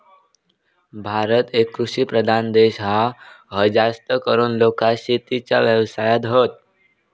भारत एक कृषि प्रधान देश हा, हय जास्तीकरून लोका शेतीच्या व्यवसायात हत